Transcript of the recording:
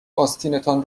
آستینتان